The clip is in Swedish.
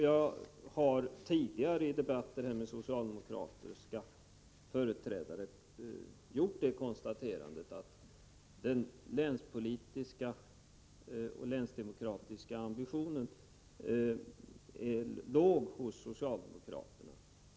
Jag har i tidigare debatter med socialdemokrater konstaterat att den länspolitiska och länsdemokratiska ambitionen är låg bland socialdemokrater.